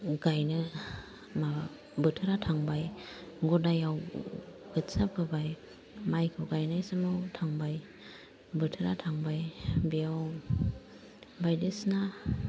गाइनो माबा बोथोरा थांबाय गदायाव खोथिया फोबाय माइखौ गायनाय समाव थांबाय बोथोरा थांबाय बेयाव बायदिसिना